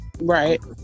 Right